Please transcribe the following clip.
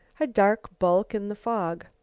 a dark bulk in the fog.